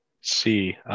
see